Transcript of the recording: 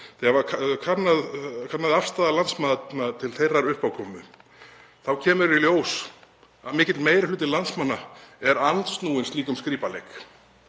þegar könnuð var afstaða landsmanna til þessarar uppákomu þá kom í ljós að mikill meiri hluti landsmanna er andsnúinn slíkum skrípaleik.